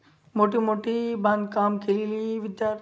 मोठी मोठी बांधकाम केलेली विद्यार